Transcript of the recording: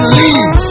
leave